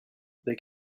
they